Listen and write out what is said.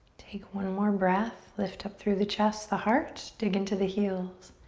take one more breath. lift up through the chest, the heart. dig into the heels.